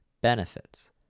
benefits